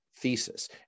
thesis